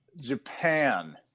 Japan